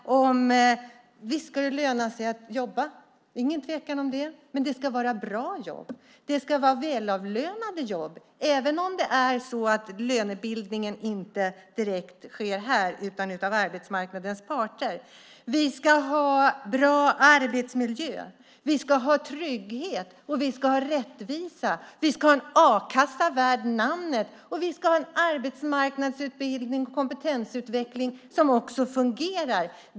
Visst ska det löna sig att jobba. Men det ska vara bra jobb. Det ska vara välavlönade jobb - även om det är så att lönebildningen inte direkt görs här utan av arbetsmarknadens parter. Vi ska ha bra arbetsmiljö. Vi ska ha trygghet och rättvisa. Vi ska ha en a-kassa värd namnet. Vi ska ha en arbetsmarknadsutbildning och kompetensutveckling som fungerar.